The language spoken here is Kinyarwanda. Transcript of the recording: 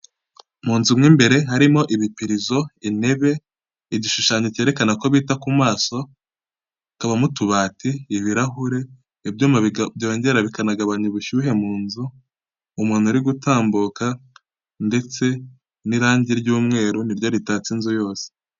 Mu nzu mo imbere harimo ibipirizo, intebe, igishushanyo cyerekana ko bita ku maso, hakabamo utubati, ibirahure, ibyuma byongera bikanagabanya ubushyuhe mu nzu, umuntu urigutambuka, ndetse n'irangi ry'umweru ni ryo ritatse inzu yose.